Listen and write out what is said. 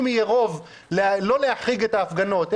אם יהיה רוב לא להחריג את ההפגנות -- אבל מה הקשר לחוק?